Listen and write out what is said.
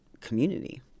community